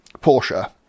Porsche